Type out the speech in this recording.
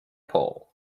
pull